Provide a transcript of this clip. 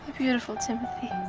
beautiful, timothy.